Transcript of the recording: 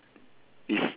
is